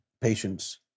patients